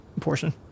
portion